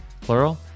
plural